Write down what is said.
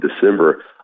December